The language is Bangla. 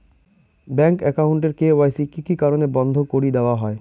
ব্যাংক একাউন্ট এর কে.ওয়াই.সি কি কি কারণে বন্ধ করি দেওয়া হয়?